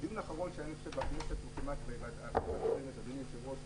הדיון האחרון שאני הייתי בכנסת --- אדוני היושב-ראש,